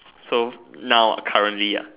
so now currently ah